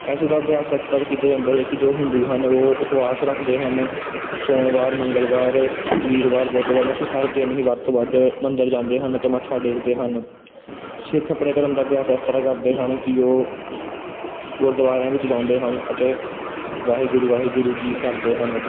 ਇਸਦਾ ਅਭਿਆਸ ਇਸ ਤਰ੍ਹਾਂ ਕੀਤਾ ਜਾਂਦਾ ਹੈ ਕਿ ਜੋ ਹਿੰਦੂ ਹਨ ਉਹ ਉਪਵਾਸ ਰੱਖਦੇ ਹਨ ਸੋਮਵਾਰ ਮੰਗਲਵਾਰ ਵੀਰਵਾਰ ਬੁੱਧਵਾਰ ਮਤਲਬ ਕਿ ਹਰ ਦਿਨ ਹੀ ਵੱਧ ਤੋਂ ਵੱਧ ਮੰਦਰ ਜਾਂਦੇ ਹਨ ਅਤੇ ਮੱਥਾ ਟੇਕਦੇ ਹਨ ਸਿੱਖ ਆਪਣੇ ਧਰਮ ਦਾ ਅਭਿਆਸ ਇਸ ਤਰ੍ਹਾਂ ਕਰਦੇ ਹਨ ਕਿ ਉਹ ਗੁਰਦੁਆਰਿਆਂ ਵਿੱਚ ਜਾਂਦੇ ਹਨ ਅਤੇ ਵਾਹਿਗੁਰੂ ਵਾਹਿਗੁਰੂ ਜੀ ਕਰਦੇ ਹਨ